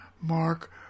Mark